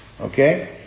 Okay